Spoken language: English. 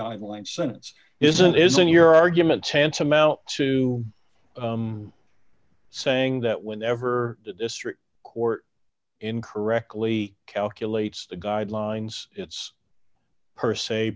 guideline sentence is it isn't your argument tantamount to saying that whenever the district court in correctly calculates the guidelines it's per se